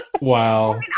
wow